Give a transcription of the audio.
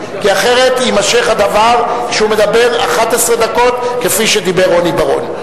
כי אחרת יימשך הדבר כשהוא מדבר 11 דקות כפי שדיבר רוני בר-און.